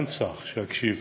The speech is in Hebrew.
אין שר שיקשיב.